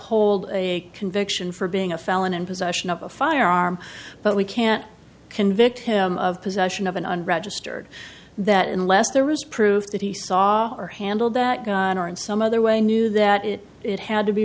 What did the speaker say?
uphold a conviction for being a felon in possession of a firearm but we can't convict him of possession of an unregistered that unless there is proof that he saw or handled that or in some other way knew that it it had to be